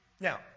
Now